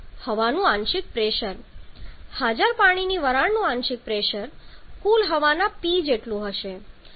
હવાનું આંશિક પ્રેશર હાજર પાણીની વરાળનું આંશિક પ્રેશર કુલ હવાના P જેટલું હશે જે 0